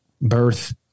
birth